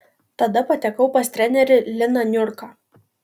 tada patekau pas trenerį liną niurką